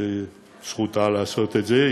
שזכותה לעשות את זה.